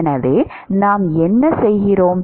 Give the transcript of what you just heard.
எனவே நாம் என்ன செய்கிறோம்